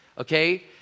Okay